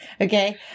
Okay